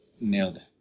nailed